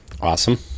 awesome